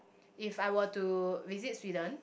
if I were to visit Sweden